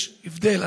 יש הבדל.